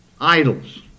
idols